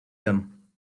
them